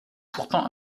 pourtant